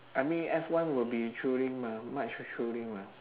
I mean F one will be thrilling mah much thrilling mah